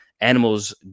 animals